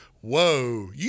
whoa